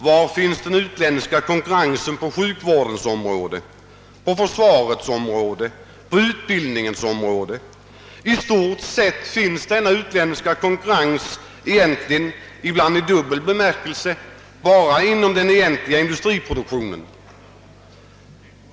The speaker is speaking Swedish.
Var finns den utländska konkurrensen på sjukvårdens område, på försvarets, på utbildningens område? I stort sett finns denna utländska konkurrens egentligen — ibland i dubbel bemärkelse — enbart inom industriproduktionen.